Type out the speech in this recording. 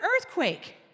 earthquake